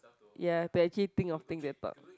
ya to actually think of thing they thought